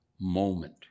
moment